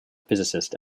physicist